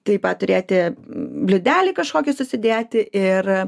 taip pat turėti bliūdelį kažkokį susidėti ir